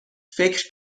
فکر